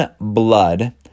blood